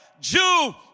Jew